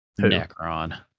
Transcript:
Necron